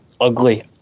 ugly